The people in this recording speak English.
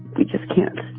we just can't.